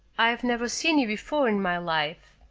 i've never seen you before in my life.